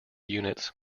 units